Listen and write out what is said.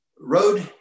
Road